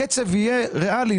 הקצב יהיה ריאלי,